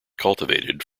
cultivated